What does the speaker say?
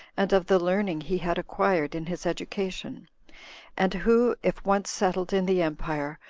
and of the learning he had acquired in his education and who, if once settled in the empire,